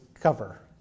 cover